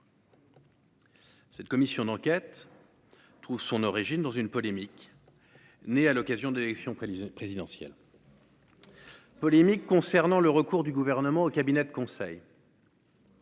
Cette commission d'enquête trouve son origine dans une polémique née à l'occasion d'élections présidentielle présidentielle. Polémique concernant le recours du gouvernement au cabinet de conseil.